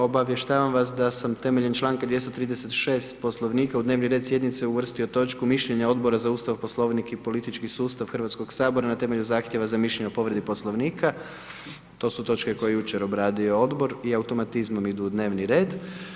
Obavještavam vas da sam temeljem članka 236., Poslovnika u dnevni red sjednice uvrstio točku Mišljenja odbora za Ustav, Poslovnik i politički sustav Hrvatskog sabora na temelju zahtjeva za mišljenje o povredi Poslovnika, to su točke koje je jučer obradio Odbor, i automatizmom idu u dnevni red.